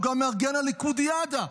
הוא גם מארגן הליכודיאדה.